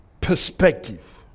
perspective